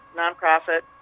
nonprofit